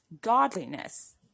godliness